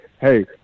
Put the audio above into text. hey